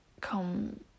come